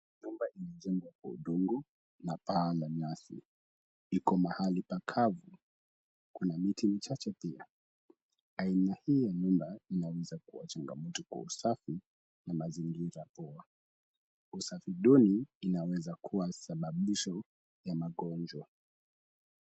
Nyumba imejengwa kwa udongo na paa la nyasi. Iko mahali pakavu, kuna miti michache pia. Aina hii ya nyumba inaweza kuwa changamoto kwa usafi na mazingira bora. Usafi duni inaweza kuwa sababisho ya magonjwa.